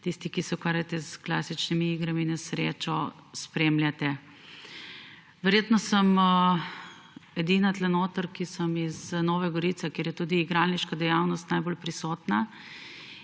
tisti, ki se ukvarjate s klasičnimi igrami na srečo! Verjetno sem edina tu notri, ki je iz Nove Gorice, kjer je igralniška dejavnost najbolj prisotna,